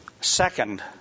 Second